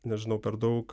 nežinau per daug